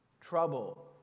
trouble